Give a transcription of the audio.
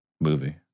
movie